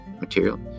material